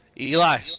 Eli